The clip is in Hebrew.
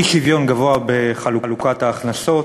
אי-שוויון גבוה בחלוקת ההכנסות,